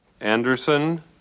Anderson